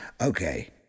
Okay